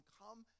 come